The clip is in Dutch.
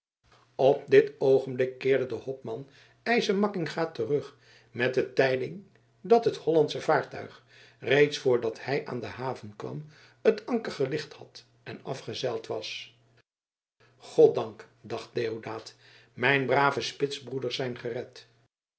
op dit oogenblik keerde de hopman eise makkinga terug met de tijding dat het hollandsche vaartuig reeds voordat hij aan de haven kwam het anker gelicht had en afgezeild was goddank dacht deodaat mijn brave spitsbroeders zijn gered